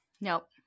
Nope